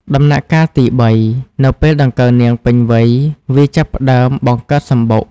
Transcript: ដំណាក់កាលទី៣ នៅពេលដង្កូវនាងពេញវ័យ វាចាប់ផ្តើមបង្កើតសំបុក។